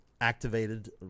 activated